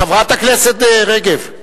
חברת הכנסת רגב,